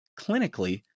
clinically